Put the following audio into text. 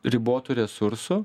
ribotų resursų